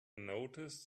noticed